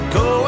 go